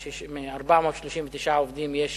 ב-439 עובדים יש